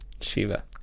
Shiva